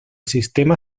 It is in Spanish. sistema